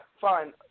fine